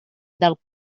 del